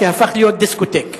שהפך להיות דיסקוטק.